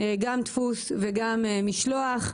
גם דפוס וגם משלוח.